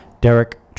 Derek